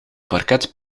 parket